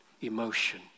emotion